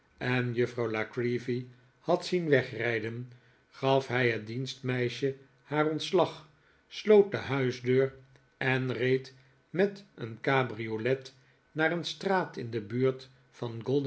en juffrouw la creevy had zien wegrijden gaf hij het dienstmeisje haar ontslag sloot de huisdeur en reed met een cabrio let naar een straat in de buurt van